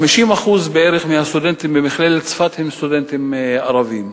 בערך 50% מהסטודנטים במכללת צפת הם סטודנטים ערבים.